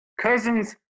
cousin's